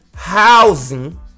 housing